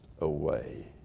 away